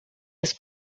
des